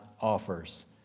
offers